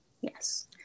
Yes